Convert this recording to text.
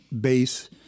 base